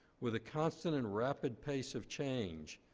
with a constant and rapid pace of change,